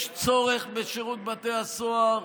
יש צורך בשירות בתי הסוהר,